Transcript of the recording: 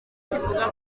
kivuga